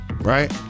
Right